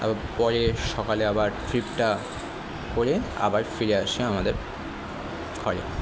তারপর পরে সকালে আবার ট্রিপটা করে আবার ফিরে আসি আমাদের ঘরে